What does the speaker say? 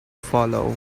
follow